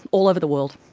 all over the world.